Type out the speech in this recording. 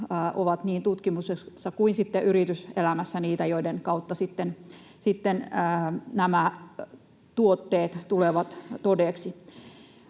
ovat niin tutkimuksessa kuin sitten yrityselämässä niitä, joiden kautta sitten nämä tuotteet tulevat todeksi.